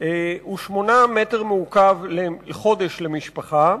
הוא 8 מטר מעוקב לחודש למשפחה,